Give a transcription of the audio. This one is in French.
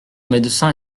médecin